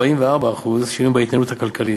44% שינויים בהתנהלות הכלכלית,